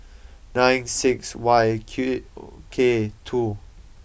nine six Y Q K two